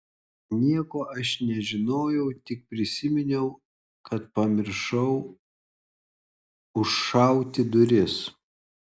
nieko aš nežinojau tik prisiminiau kad pamiršau užšauti duris